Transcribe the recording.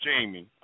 Jamie